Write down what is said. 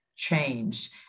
Change